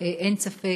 אין ספק,